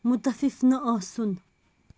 مُتفِف نہٕ آسُن